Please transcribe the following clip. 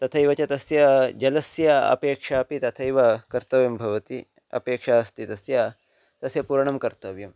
तथैव च तस्य जलस्य अपेक्षा अपि तथैव कर्तव्यं भवति अपेक्षा अस्ति तस्य तस्य पूरणं कर्तव्यम्